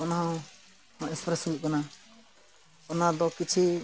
ᱚᱱᱟ ᱦᱚᱸ ᱮᱥᱯᱨᱮᱥ ᱦᱩᱭᱩᱜ ᱠᱟᱱᱟ ᱚᱱᱟ ᱫᱚ ᱠᱤᱪᱷᱤ